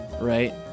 right